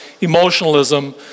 emotionalism